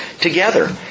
together